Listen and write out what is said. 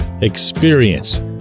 experience